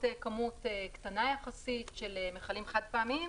כמות קטנה יחסית של מכלים חד-פעמיים.